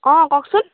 অঁ কওকচোন